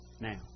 now